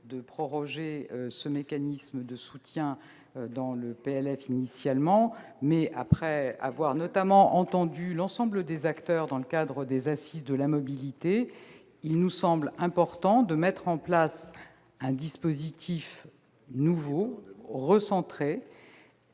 de proroger ce mécanisme de soutien dans le projet de loi de finances initial, mais, après avoir notamment entendu l'ensemble des acteurs dans le cadre des assises de la mobilité, il lui a semblé important de mettre en place un dispositif nouveau, recentré.